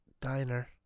diner